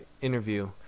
interview